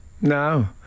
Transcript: No